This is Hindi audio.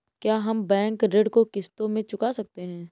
क्या हम बैंक ऋण को किश्तों में चुका सकते हैं?